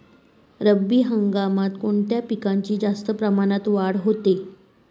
रब्बी हंगामात कोणत्या पिकांची जास्त प्रमाणात वाढ होते?